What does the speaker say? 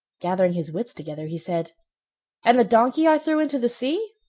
gathering his wits together, he said and the donkey i threw into the sea?